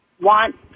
want